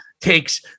takes